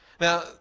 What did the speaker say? Now